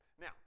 Now